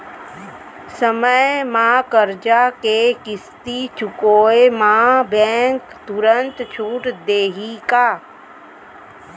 समय म करजा के किस्ती चुकोय म बैंक तुरंत छूट देहि का?